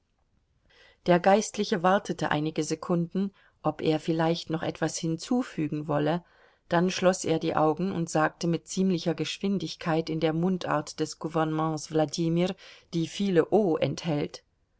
der geistliche wartete einige sekunden ob er vielleicht noch etwas hinzufügen wolle dann schloß er die augen und sagte mit ziemlicher geschwindigkeit in der mundart des gouvernements wladimir die viele o enthält